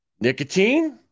nicotine